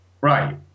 right